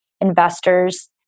investors